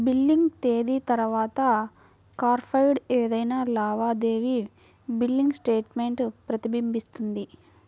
billing తేదీ తర్వాత కార్డ్పై ఏదైనా లావాదేవీ బిల్లింగ్ స్టేట్మెంట్ ప్రతిబింబిస్తుంది